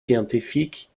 scientifiques